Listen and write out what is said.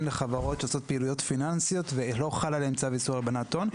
לחברות שעושות פעילויות פיננסיות ולא חל עליהן צו איסור הלבנת הון.